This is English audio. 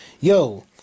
Yo